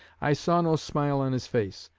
i saw no smile on his face,